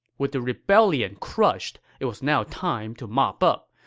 with the rebellion crushed, it was now time to mop up.